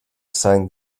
sign